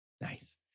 Nice